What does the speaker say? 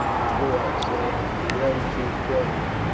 boduoc said as the young chief joined him.